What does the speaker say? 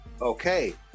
okay